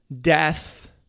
death